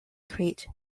crete